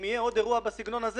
אם יהיה עוד אירוע בסגנון הזה